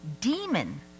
demon